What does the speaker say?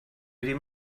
ddim